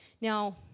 Now